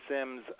Sims